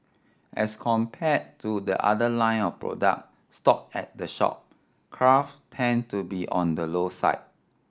as compared to the other line of product stocked at the shop craft tend to be on the low side